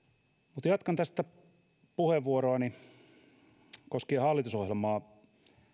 mutta jatkan tästä puheenvuoroani koskien hallitusohjelmaa